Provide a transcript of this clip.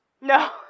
No